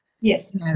yes